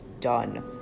Done